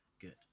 Good